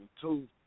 two